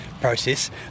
process